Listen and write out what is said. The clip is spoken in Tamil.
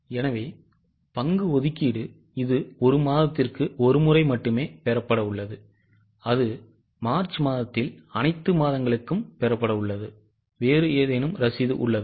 எனவே பங்கு ஒதுக்கீடு இது ஒரு மாதத்திற்கு ஒரு முறை மட்டுமே பெறப்பட உள்ளது அது மார்ச் மாதத்தில் அனைத்து மாதங்களுக்கும் பெறப்பட உள்ளது வேறு ஏதேனும் ரசீது உள்ளதா